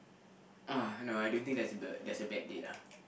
uh no I don't think there's the there's a bad date ah